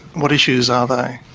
what issues are